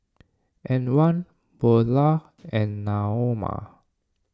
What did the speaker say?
Antwan Beulah and Naoma